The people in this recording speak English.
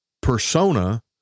persona